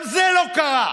גם זה לא קרה,